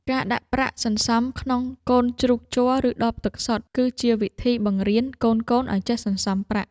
ការដាក់ប្រាក់សន្សំក្នុងកូនជ្រូកជ័រ ឬដបទឹកសុទ្ធ គឺជាវិធីបង្រៀនកូនៗឱ្យចេះសន្សំប្រាក់។